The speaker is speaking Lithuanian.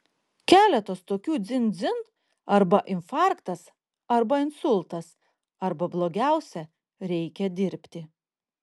keletas tokių dzin dzin arba infarktas arba insultas arba blogiausia reikia dirbti